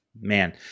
man